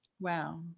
Wow